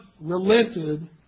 relented